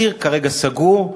הציר כרגע סגור,